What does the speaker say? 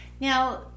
Now